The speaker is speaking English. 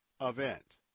event